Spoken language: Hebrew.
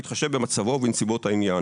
בהתחשב במצבו ובנסיבות העניין".